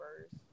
first